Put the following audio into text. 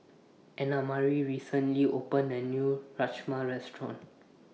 Annamarie recently opened A New Rajma Restaurant